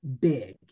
big